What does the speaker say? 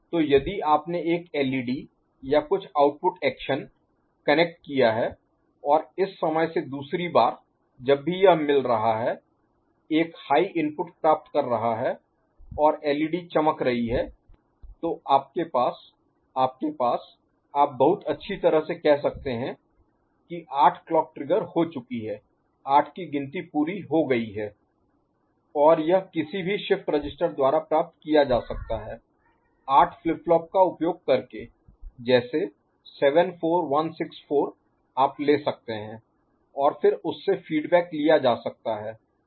तो यदि आपने एक एलईडी या कुछ आउटपुट एक्शन कनेक्ट किया है और इस समय से दूसरी बार जब भी यह मिल रहा है एक हाई इनपुट प्राप्त कर रहा है और एलईडी चमक रही है तो आपके पास आपके पास आप बहुत अच्छी तरह से कह सकते हैं कि आठ क्लॉक ट्रिगर हो चुकी है आठ की गिनती पूरी हो गई है और यह किसी भी शिफ्ट रजिस्टर द्वारा प्राप्त किया जा सकता है आठ फ्लिप फ्लॉप का उपयोग करके जैसे 74164 आप ले सकते हैं और फिर उससे फीडबैक लिया जा सकता है